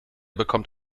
bekommt